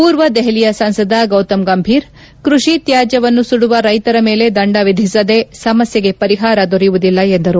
ಪೂರ್ವ ದೆಹಲಿಯ ಸಂಸದ ಗೌತಮ್ ಗಂಭೀರ್ ಕೃಷಿ ತ್ಕಾಜ್ಯವನ್ನು ಸುಡುವ ರೈಶರ ಮೇಲೆ ದಂಡ ವಿಧಿಸದೆ ಸಮಸ್ಟೆಗೆ ಪರಿಹಾರ ದೊರೆಯುವುದಿಲ್ಲ ಎಂದರು